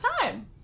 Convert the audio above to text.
time